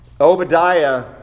Obadiah